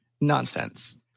nonsense